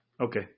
Okay